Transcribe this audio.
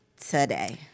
today